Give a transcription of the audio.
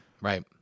Right